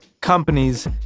companies